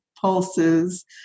pulses